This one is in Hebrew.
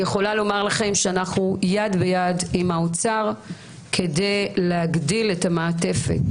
אני יכולה לומר לכם שאנחנו יד ביד עם האוצר כדי להגדיל את המעטפת,